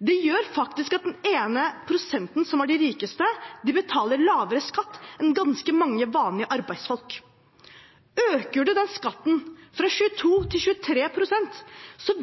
Det gjør faktisk at den ene prosenten som er de rikeste, betaler lavere skatt enn ganske mange vanlige arbeidsfolk. Øker du den skatten fra 22 til 23 pst.,